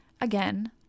Again